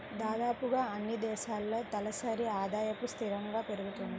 దాదాపుగా అన్నీ దేశాల్లో తలసరి ఆదాయము స్థిరంగా పెరుగుతుంది